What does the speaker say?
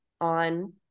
on